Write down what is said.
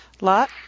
Lot